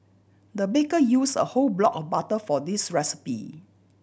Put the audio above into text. the baker used a whole block of butter for this recipe